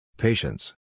Patience